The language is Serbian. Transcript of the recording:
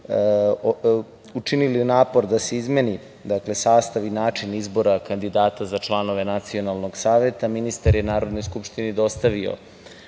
učinili napor da se izmeni sastav i način izbora kandidata za članove Nacionalnog saveta, ministar je Narodnoj skupštini dostavio